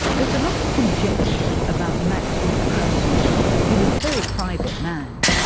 there's a lot of conjecture about maxwell's personal life. he was a very private man.